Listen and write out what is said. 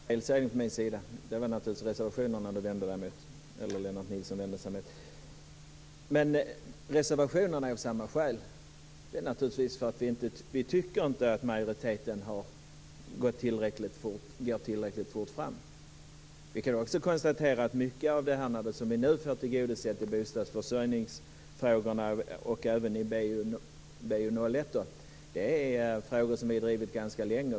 Fru talman! Det var en felsägning från min sida. Det var naturligtvis reservationerna som Lennart Nilsson vände sig mot. Reservationerna har vi gjort av samma skäl. Vi tycker inte att majoriteten har gått tillräckligt fort fram. Vi kan också konstatera att mycket av det som vi nu får tillgodosett när det gäller bodstadsförsörjningsfrågorna, och även i betänkande BoU1, är frågor som vi har drivit ganska länge.